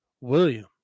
William